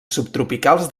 subtropicals